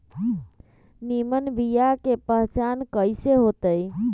निमन बीया के पहचान कईसे होतई?